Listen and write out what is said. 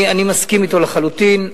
אני מסכים אתו לחלוטין.